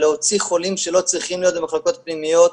להוציא חולים שלא צריכים להיות במחלקות פנימיות,